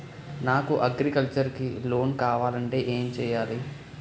నాకు అగ్రికల్చర్ కి లోన్ కావాలంటే ఏం చేయాలి?